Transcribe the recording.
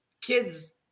kids